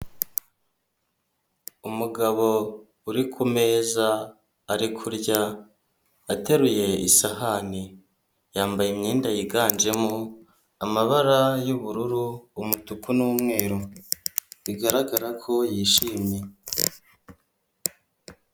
Umugabo uri ku meza ari kurya ateruye isahani, yambaye imyenda yiganjemo amabara y'ubururu, umutuku n'umweru bigaragara ko yishimye.